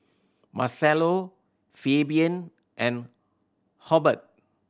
Marcello Fabian and Hubbard